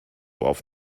auf